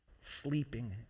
sleeping